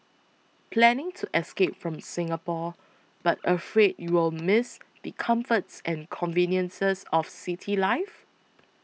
planning to escape from Singapore but afraid you'll miss the comforts and conveniences of city life